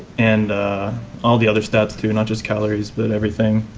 and all the other stats too not just calories but everything.